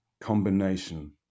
combination